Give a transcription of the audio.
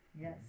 Yes